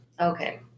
Okay